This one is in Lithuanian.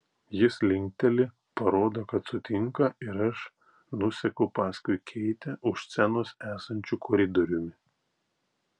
jis linkteli parodo kad sutinka ir aš nuseku paskui keitę už scenos esančiu koridoriumi